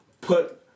put